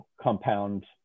compound